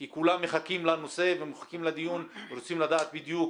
כי כולם מחכים לנושא ומחכים לדיון ורוצים לדעת בדיוק